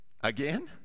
Again